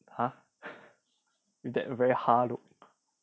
!huh! with that very !huh! look